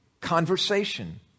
conversation